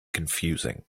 confusing